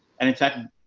and in fact, and